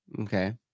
Okay